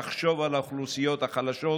תחשוב על האוכלוסיות החלשות,